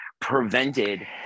prevented